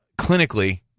clinically